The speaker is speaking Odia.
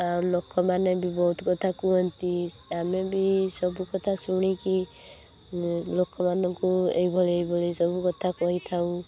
ଆଉ ଲୋକମାନେ ବି ବହୁତ କଥା କୁହନ୍ତି ଆମେ ବି ସବୁ କଥା ଶୁଣିକି ଲୋକମାନଙ୍କୁ ଏଇ ଭଳି ଏଇ ଭଳି ସବୁ କଥା କହିଥାଉ